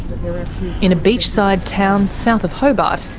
in a beachside town south of hobart,